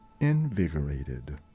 invigorated